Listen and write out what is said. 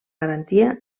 garantia